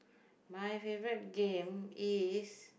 my favourite game is